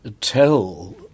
tell